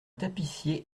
tapissier